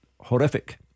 horrific